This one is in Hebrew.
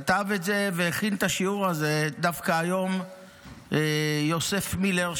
כתב את זה והכין את השיעור הזה דווקא היום יוסף מילר,